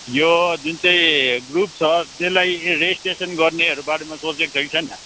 यो जुन चाहिँ ग्रुप छ त्यसलाई रेजिस्ट्रेसन गर्नेहरू बारेमा सोचेको छ छैन